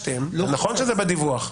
שזה בדיווח,